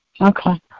Okay